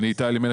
אני איתי אלימלך,